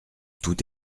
tout